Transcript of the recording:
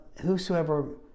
whosoever